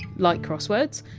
like crosswords,